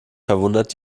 verwundert